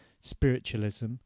spiritualism